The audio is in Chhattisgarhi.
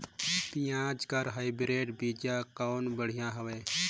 पियाज के हाईब्रिड बीजा कौन बढ़िया हवय?